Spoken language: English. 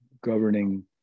governing